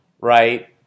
right